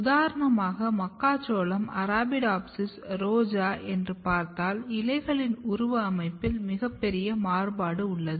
உதாரணமாக மக்காச்சோளம் அரபிடோப்சிஸ் ரோஜா என்று பார்த்தால் இலைகளின் உருவ அமைப்பில் மிகப்பெரிய மாறுபாடு உள்ளது